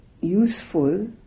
useful